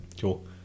Cool